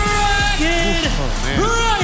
Dragon